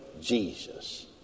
Jesus